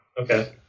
Okay